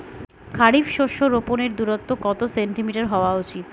খারিফ শস্য রোপনের দূরত্ব কত সেন্টিমিটার হওয়া উচিৎ?